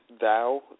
Thou